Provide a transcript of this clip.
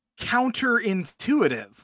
counterintuitive